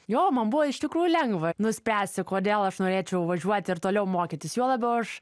jo man buvo iš tikrųjų lengva nuspręsti kodėl aš norėčiau važiuoti ir toliau mokytis juo labiau aš